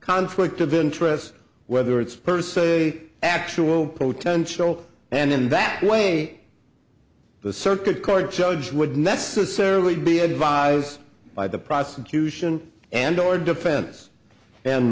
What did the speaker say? conflict of interest whether it's per se actual pro tensional and in that way the circuit court judge would necessarily be advised by the prosecution and or defense and